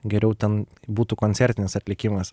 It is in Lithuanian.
geriau ten būtų koncertinis atlikimas